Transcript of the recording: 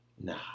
Nah